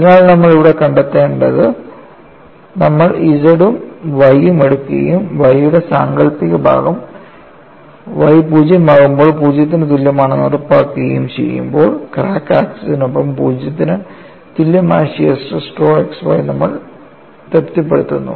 അതിനാൽ നമ്മൾ ഇവിടെ കണ്ടെത്തുന്നത് നമ്മൾ Z ഉം Y ഉം എടുക്കുകയും Y യുടെ സാങ്കൽപ്പിക ഭാഗം y പൂജ്യം ആകുമ്പോൾ പൂജ്യത്തിനു തുല്യമാണെന്ന് ഉറപ്പാക്കുകയും ചെയ്യുമ്പോൾ ക്രാക്ക് ആക്സിസിനൊപ്പം 0 ന് തുല്യമായ ഷിയർ സ്ട്രെസ് tau xy നമ്മൾ തൃപ്തിപ്പെടുത്തുന്നു